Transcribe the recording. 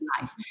life